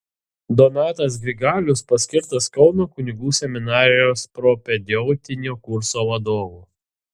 donatas grigalius paskirtas kauno kunigų seminarijos propedeutinio kurso vadovu